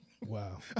Wow